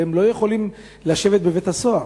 והם לא יכולים לשבת בבית-הסוהר.